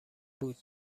بود